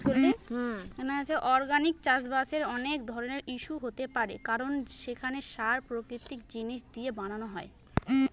organic চাষবাসের অনেক ধরনের ইস্যু হতে পারে কারণ সেখানে সার প্রাকৃতিক জিনিস দিয়ে বানানো হয়